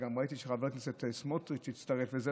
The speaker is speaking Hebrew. וגם ראיתי שחבר הכנסת סמוטריץ' הצטרף לזה,